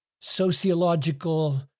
sociological